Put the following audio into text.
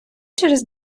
через